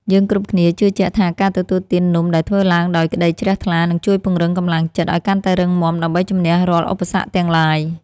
យើងគ្រប់គ្នាជឿជាក់ថាការទទួលទាននំដែលធ្វើឡើងដោយក្ដីជ្រះថ្លានឹងជួយពង្រឹងកម្លាំងចិត្តឱ្យកាន់តែរឹងមាំដើម្បីជម្នះរាល់ឧបសគ្គទាំងឡាយ។